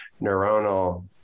neuronal